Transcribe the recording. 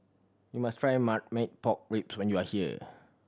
you must try marmite pork rib when you are here